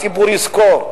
הציבור יזכור.